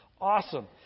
Awesome